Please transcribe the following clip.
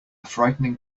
frightening